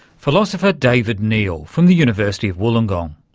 philosopher david neil from the university of wollongong.